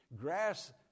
Grass